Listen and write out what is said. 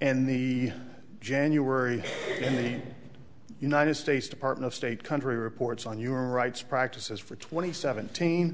in the january when the united states department of state country reports on human rights practices for twenty seventeen